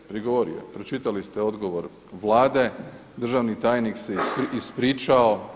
Je, prigovorio je, pročitali ste odgovor Vlade, državni tajnik se ispričao.